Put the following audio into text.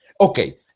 Okay